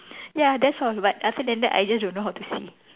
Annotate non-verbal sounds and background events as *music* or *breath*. *breath* ya that's all but other than that I just don't know how to see